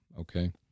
Okay